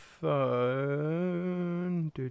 phone